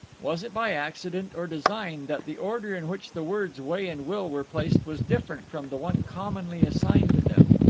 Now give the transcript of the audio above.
was it by accident or design that the order in which the words way and will were placed was different from the one commonly assigned to them?